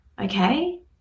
okay